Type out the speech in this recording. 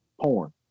porn